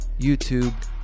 YouTube